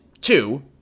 two